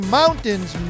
mountains